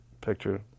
picture